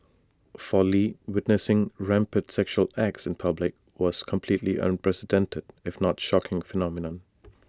for lee witnessing rampant sexual acts in public was completely unprecedented if not shocking phenomenon